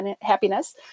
happiness